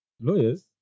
Lawyers